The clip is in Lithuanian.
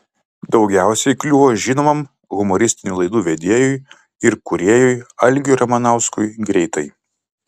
daugiausiai kliuvo žinomam humoristinių laidų vedėjui ir kūrėjui algiui ramanauskui greitai